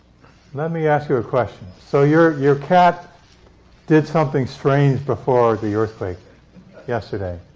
let me ask you a question. so your your cat did something strange before the earthquake yesterday.